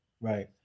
right